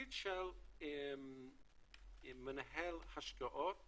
התפקיד של מנהל השקעות